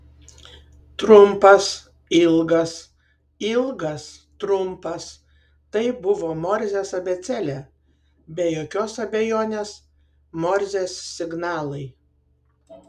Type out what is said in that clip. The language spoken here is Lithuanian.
trumpas ilgas ilgas trumpas tai buvo morzės abėcėlė be jokios abejonės morzės signalai